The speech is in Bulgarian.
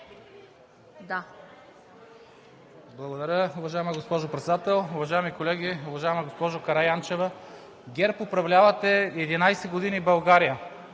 Да.